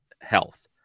health